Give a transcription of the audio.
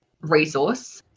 resource